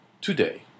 Today